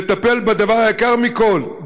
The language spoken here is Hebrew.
לטיפול בדבר היקר מכול,